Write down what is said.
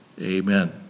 amen